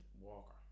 Walker